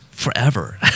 forever